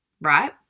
right